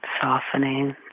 softening